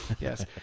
Yes